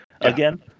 again